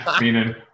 Meaning